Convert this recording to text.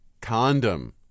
condom